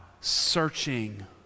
searching